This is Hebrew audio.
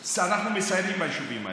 אנחנו מסיירים ביישובים האלה.